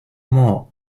more